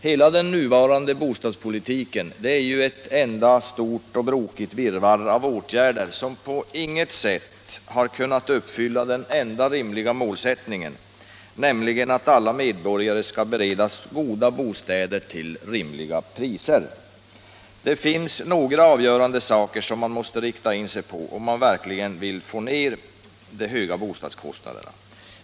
Hela den nuvarande bostadspolitiken är ett enda brokigt virrvarr av åtgärder, som inte har kunnat uppfylla den enda rimliga målsättningen att alla medborgare skall beredas goda bostäder till rimliga priser. Det är några avgörande åtgärder som man måste rikta in sig på, om man verkligen vill ha med de höga bostadskostnaderna.